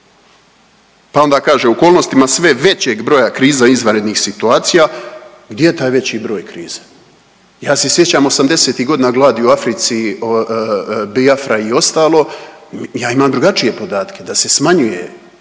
Pa onda kaže, u okolnostima sve većeg broja kriza i izvanrednih situacija, gdje je taj veći broj kriza? Ja se sjećam 80-ih godina gladi u Africi, Biafra i ostalo, ja imam drugačije podatke, da se smanjuje